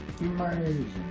Amazing